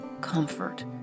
comfort